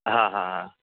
हां हां हां